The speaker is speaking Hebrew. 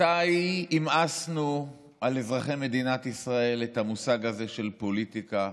מתי המאסנו על אזרחי מדינת ישראל את המושג הזה של פוליטיקה.